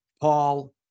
Paul